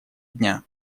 дня